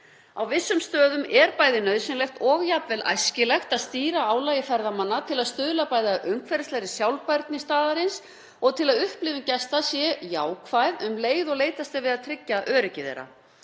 Á vissum stöðum er bæði nauðsynlegt og jafnvel æskilegt að stýra álagi ferðamanna til að stuðla að umhverfislegri sjálfbærni staðarins og til að upplifun gesta sé jákvæð, um leið og leitast er við að tryggja öryggi þeirra.